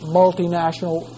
multinational